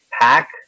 pack